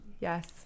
Yes